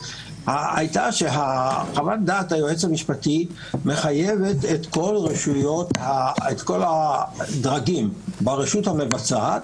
הייתה שחוות-דעת היועץ המשפטי מחייבת את כל הדרגים ברשות המבצעת,